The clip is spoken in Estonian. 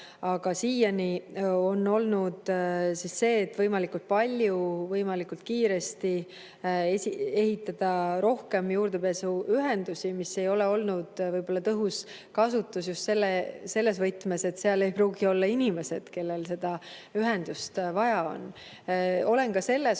Aga siiani on olnud nii, et võimalikult palju ja võimalikult kiiresti ehitada, ehitada rohkem juurdepääsuühendusi, mis ei ole olnud võib-olla tõhus kasutus just selles võtmes, et seal ei pruugi olla inimesi, kellel seda ühendust vaja on. Olen ka selles